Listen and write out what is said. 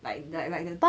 like like like the